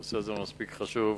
נושא זה מספיק חשוב,